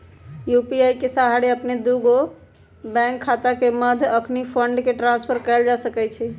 UPI के सहारे अप्पन दुगो बैंक खता के मध्य अखनी फंड के ट्रांसफर कएल जा सकैछइ